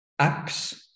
apps